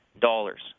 dollars